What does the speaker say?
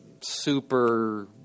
super